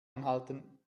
anhalten